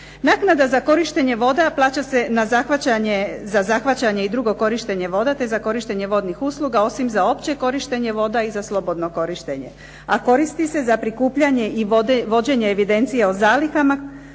Naknada za korištenje voda plaća se za zahvaćanje i drugo korištenje voda, te za korištenje vodnih usluga, osim za opće korištenje voda i za slobodno korištenje. A koristi se za prikupljanje i vođenje evidencija o zalihama,